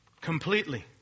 Completely